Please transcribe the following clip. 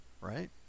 right